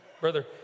Brother